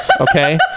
okay